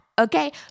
okay